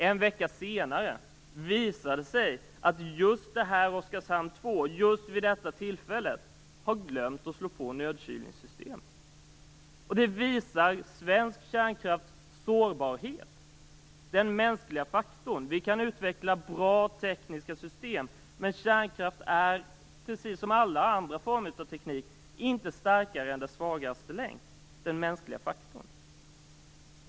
En vecka senare visade det sig att man just för Oskarshamn 2, just vid detta tillfälle, hade glömt att slå på nödkylningssystemet. Detta visar svensk kärnkrafts sårbarhet - den mänskliga faktorn. Vi kan utveckla bra tekniska system. Men kärnkraft är, precis som alla andra former av teknik, inte starkare än dess svagaste länk - den mänskliga faktorn.